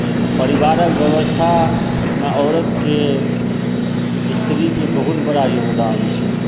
परिवारक व्यवस्थामे औरत के स्त्री के बहुत बड़ा योगदान छै